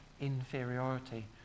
inferiority